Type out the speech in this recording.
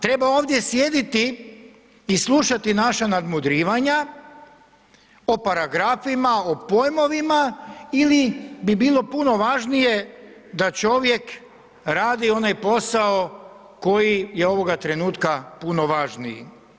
Treba ovdje sjediti i slušati naša nadmudrivanja o paragrafima, o pojmovima ili bi bilo puno važnije da čovjek radi onaj posao koji je ovoga trenutka puno važniji.